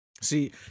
See